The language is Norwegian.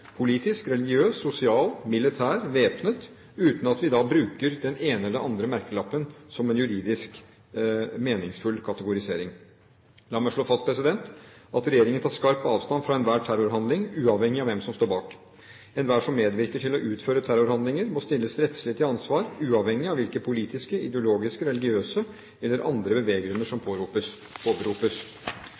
politisk, religiøs, sosial, militær, væpnet – uten at vi bruker den ene eller den andre merkelappen som en juridisk meningsfull kategorisering. La meg slå fast at regjeringen tar skarpt avstand fra enhver terrorhandling, uavhengig av hvem som står bak. Enhver som medvirker til å utføre terrorhandlinger, må stilles rettslig til ansvar, uavhengig av hvilke politiske, ideologiske, religiøse eller andre beveggrunner som